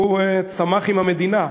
והוא צמח עם המדינה.